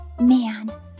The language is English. Man